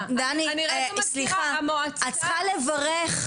את אמרת מוסדות,